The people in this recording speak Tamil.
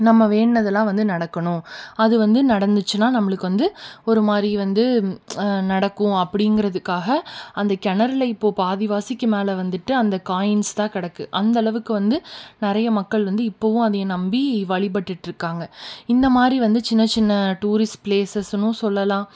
நம்ம வேண்டினதுலாம் வந்து நடக்கணும் அது வந்து நடந்துச்சுனால் நம்மளுக்கு வந்து ஒருமாதிரி வந்து நடக்கும் அப்படிங்கிறதுக்காக அந்த கிணறுல இப்போது பாதிவாசிக்கு மேலே வந்துட்டு அந்த காயின்ஸ் தான் கிடக்கு அந்தளவுக்கு வந்து நிறைய மக்கள் வந்து இப்போவும் அதே நம்பி வழிபட்டுகிட்டு இருக்காங்க இந்தமாதிரி வந்து சின்ன சின்ன டூரிஸ்ட் பிளேஸஸ்னு சொல்லலாம்